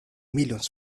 millions